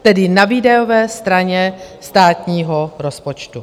Tedy na výdajové straně státního rozpočtu.